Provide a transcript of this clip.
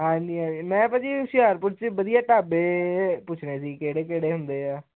ਹਾਂਜੀ ਹਾਂਜੀ ਮੈਂ ਭਾਅ ਜੀ ਹੁਸ਼ਿਆਰਪੁਰ 'ਚ ਵਧੀਆ ਢਾਬੇ ਪੁੱਛਣੇ ਸੀ ਕਿਹੜੇ ਕਿਹੜੇ ਹੁੰਦੇ ਆ